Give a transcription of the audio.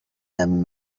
them